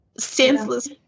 senseless